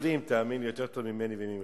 יודעים, תאמין לי, יותר טוב ממני וממך.